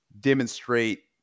Demonstrate